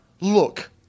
look